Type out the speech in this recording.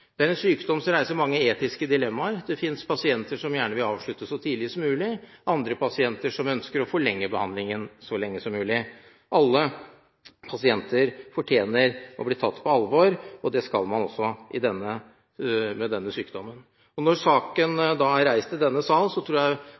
Det er en sykdom som reiser mange etiske dilemmaer. Det finnes pasienter som gjerne vil avslutte behandlingen så tidlig som mulig, andre pasienter som ønsker å forlenge behandlingen så lenge som mulig. Alle pasienter fortjener å bli tatt på alvor, og det skal man også med denne sykdommen. Når saken er reist i denne sal, tror jeg